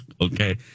okay